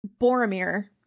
Boromir